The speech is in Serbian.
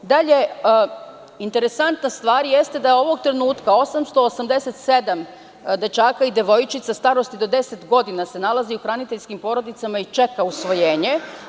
Interesantna stvar jeste da ovog trenutka 887 dečaka i devojčica starosti do 10 godina se nalazi u hraniteljskim porodicama i čeka usvojenje.